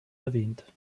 erwähnt